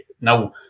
now